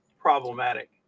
problematic